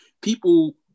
People